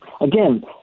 Again